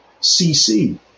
CC